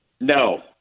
No